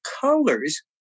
colors